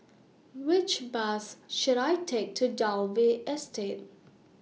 Which Bus should I Take to Dalvey Estate